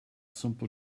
simple